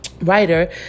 writer